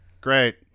great